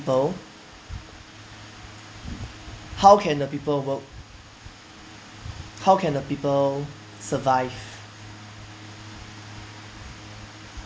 ~ple how can the people work how can the people survive